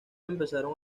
empezaron